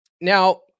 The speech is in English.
Now